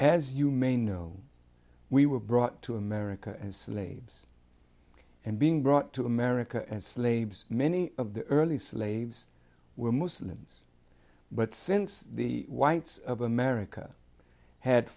as you may know we were brought to america and slaves and being brought to america and slaves many of the early slaves were muslims but since the whites of america had